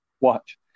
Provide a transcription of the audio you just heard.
Watch